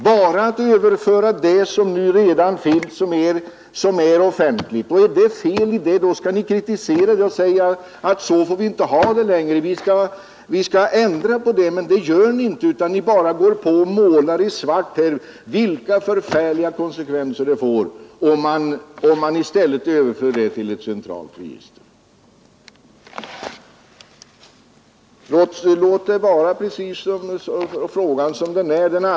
Man vill bara överföra de register som redan finns och som är offentliga. Är det något fel på detta, så skall ni kritisera det och föreslå en ändring. Men det gör ni inte, utan ni bara utmålar vilka förfärliga konsekvenser det får om man överför uppgifterna till ett centralt register.